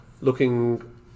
looking